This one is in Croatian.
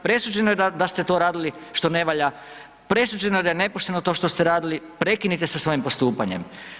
Presuđeno je da ste to radili što ne valja, presuđeno je da je nepošteno to što ste radili, prekinite sa svojim postupanjem.